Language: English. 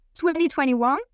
2021